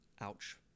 Ouch